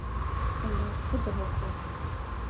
ᱚᱱᱟ ᱨᱮᱠᱚ ᱫᱚᱦᱚ ᱠᱚᱣᱟ